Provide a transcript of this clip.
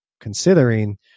considering